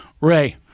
Ray